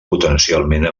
potencialment